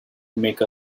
make